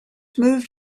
moved